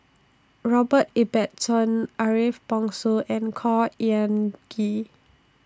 Robert Ibbetson Ariff Bongso and Khor Ean Ghee